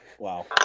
Wow